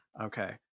Okay